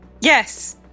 Yes